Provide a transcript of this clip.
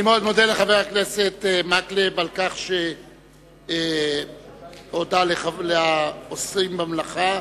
אני מאוד מודה לחבר הכנסת מקלב על כך שהודה לעושים במלאכה.